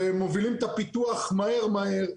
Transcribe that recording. ומובילים את הפיתוח מהר מהר.